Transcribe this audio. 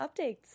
updates